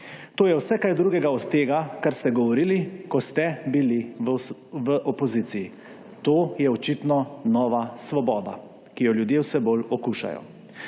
To je vse kaj drugega od tega, kar ste govorili, ko ste bili v opoziciji; to je očitno nova svoboda, ki jo ljudje vse bolj okušajo.